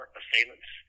assailants